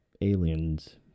aliens